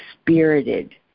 spirited